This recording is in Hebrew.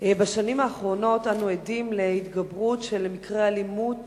בשנים האחרונות אנו עדים להתגברות של מקרי אלימות